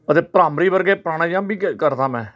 ਅਤੇ ਭਰਮਾਰੀ ਵਰਗੇ ਪ੍ਰਾਣਾਯਾਮ ਵੀ ਕੇ ਕਰਦਾ ਮੈਂ